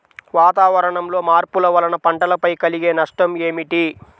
వాతావరణంలో మార్పుల వలన పంటలపై కలిగే నష్టం ఏమిటీ?